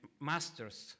masters